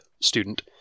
student